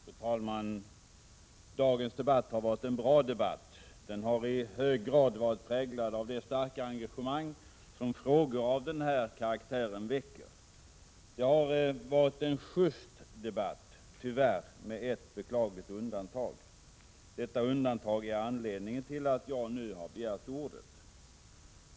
Fru talman! Dagens debatt har varit en bra debatt. Den har i hög grad präglats av det starka engagemang som frågor av denna karaktär väcker. Det har varit en just debatt — tyvärr med ett beklagligt undantag. Detta undantag är anledningen till att jag nu har begärt ordet.